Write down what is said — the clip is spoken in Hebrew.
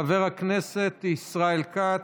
חבר הכנסת ישראל כץ,